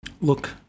Look